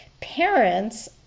parents